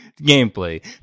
gameplay